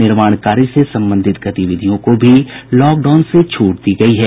निर्माण कार्य से संबंधित गतिविधियों को भी लॉकडाउन से छूट दी गयी है